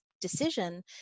decision